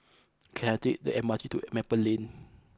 can I take the M R T to Maple Lane